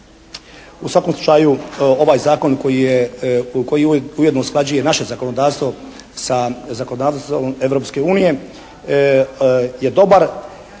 U svakom slučaju ovaj Zakon koji je, koji ujedno usklađuje naše zakonodavstvo sa zakonodavstvom Europske unije je dobar,